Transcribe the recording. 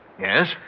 Yes